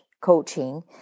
coaching